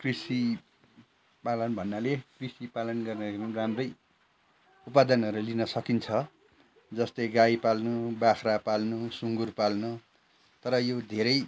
कृषि पालन भन्नाले कृषि पालन गर्दाखेरि पनि राम्रै उपादनहरू लिन सकिन्छ जस्तै गाई पाल्नु बाख्रा पाल्नु सुँगुर पाल्नु तर यो धेरै